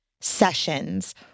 sessions